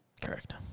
Correct